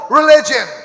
religion